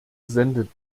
sendet